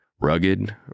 rugged